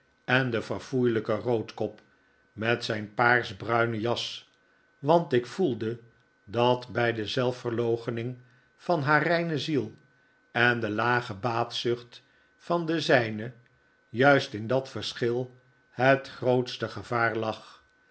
en den verfoeilijken roodkop met zijn paarsbruine jas want ik voelde dat bij de zelfverloochening van haar reine ziel en de lage baatzucht van de zijne juist in dat verschil het grootste gevaar lag